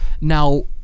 Now